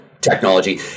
technology